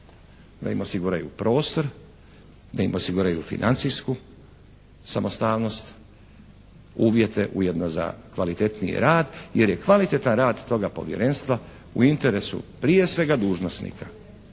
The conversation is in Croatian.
Da im osiguraju prostor, da im osiguraju financijsku samostalnost, uvjete ujedno za kvalitetniji rad jer je kvalitetan rad toga Povjerenstva u interesu, prije svega, dužnosnika.